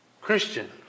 Christian